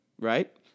Right